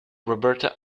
roberta